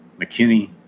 McKinney